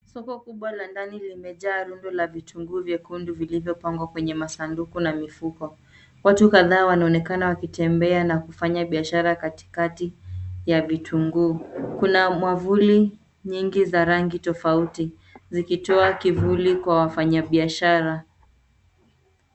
Soko kubwa la ndani limejaa rundo la vitunguu vyekundu vilivyopangwa kwenye masanduku na mifuko. Watu kadhaa wanaonekana wakitembea na kufanya biashara katikati ya vitunguu. Kuna mwavuli nyingi za rangi tofauti, zikitoa kivuli kwa wafanyabiashara.